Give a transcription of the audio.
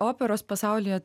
operos pasaulyje